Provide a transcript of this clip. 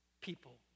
people